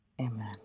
Amen